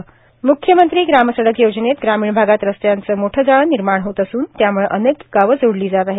म्ख्यमंत्री ग्रामसडक योजनेत ग्रामीण भागात रस्त्यांचे मोठे जाळे निर्माण होत असून त्याम्ळे अनेक गावे जोडली जात आहेत